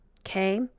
Okay